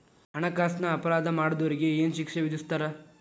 ಹಣ್ಕಾಸಿನ್ ಅಪರಾಧಾ ಮಾಡ್ದೊರಿಗೆ ಏನ್ ಶಿಕ್ಷೆ ವಿಧಸ್ತಾರ?